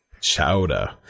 Chowder